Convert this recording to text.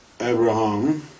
Abraham